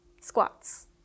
squats